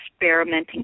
experimenting